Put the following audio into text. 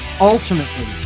ultimately